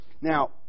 Now